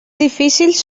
difícils